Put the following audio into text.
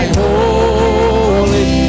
holy